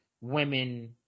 women –